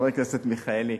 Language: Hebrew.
חבר הכנסת מיכאלי,